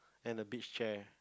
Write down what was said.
and a beach chair